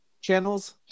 channels